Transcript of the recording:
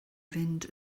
fynd